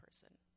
person